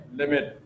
limit